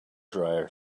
dryer